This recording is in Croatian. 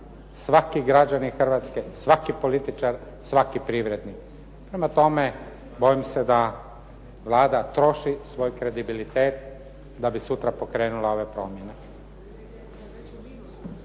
svaki građanin Hrvatske, svaki političar, svaki privrednik. Prema tome, bojim se da Vlada troši svoj kredibilitet da bi sutra pokrenula ove promjene.